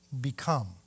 become